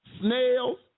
snails